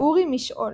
אורי משעול,